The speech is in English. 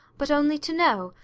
but only to know,